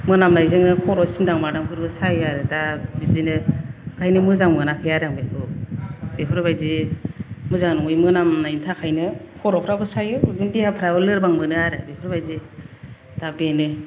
मोनाम नायजोंनो खर' सिनदां मादांफोरबो सायो आरो दा बिदिनो ओंखायनो मोजां मोनाखै आरो आं बेखौ बेफोरबायदि मोजां नङै मोनामनायनि थाखायनो खर'फ्राबो सायो देहाफ्राबो लोरबां मोनो आरो बेफोरबायदि दा बेनो